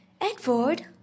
Edward